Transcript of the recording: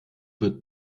wird